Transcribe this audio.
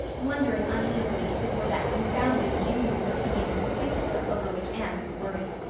wondering uneasily if it were that confounded junior's opinion in particular over which anne was worried.